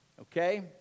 Okay